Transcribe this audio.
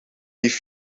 heeft